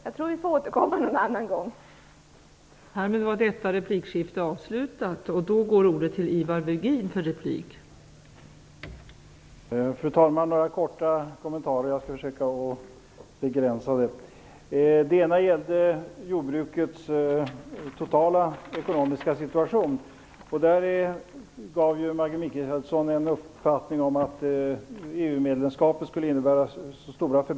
Jag tror att vi får återkomma till frågan någon annan gång.